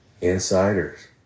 insiders